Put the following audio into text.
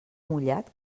mullat